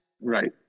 Right